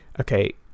Okay